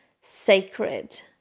sacred